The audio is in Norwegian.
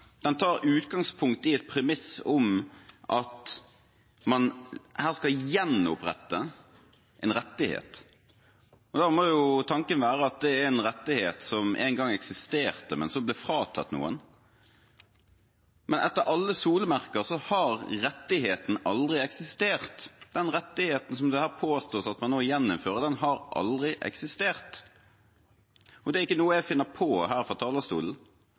jo tanken være at det er en rettighet som en gang eksisterte, men som ble fratatt noen. Men etter alle solemerker har rettigheten aldri eksistert. Den rettigheten som det påstås at man nå gjeninnfører, har aldri eksistert – og det er ikke noe jeg finner på her fra talerstolen.